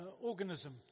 organism